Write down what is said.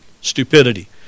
stupidity